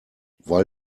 weil